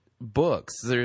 books